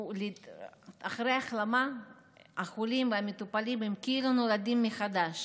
אחרי ההחלמה החולים והמטופלים כאילו נולדים מחדש.